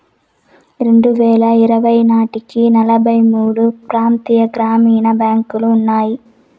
రెండువేల ఇరవై నాటికి నలభై మూడు ప్రాంతీయ గ్రామీణ బ్యాంకులు ఉన్నాయి